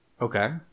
okay